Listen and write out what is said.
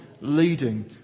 leading